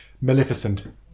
Maleficent